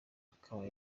akaba